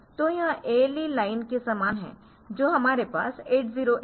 तो यह ALE line के समान है जो हमारे पास 8085 में है